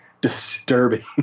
disturbing